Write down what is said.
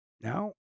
Now